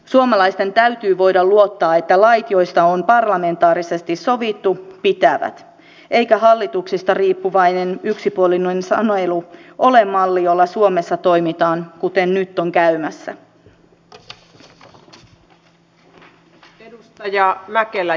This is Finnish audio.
suomalaisten täytyy voida luottaa että lait joista on parlamentaarisesti sovittu pitävät eikä hallituksista riippuvainen yksipuolinen sanelu ole malli jolla suomessa toimitaan kuten nyt on käymässä